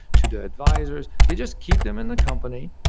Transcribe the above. to the advisers, they just keep them in the company,